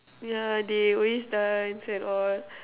yeah they always dance and all